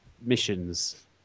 missions